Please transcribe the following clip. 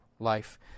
Life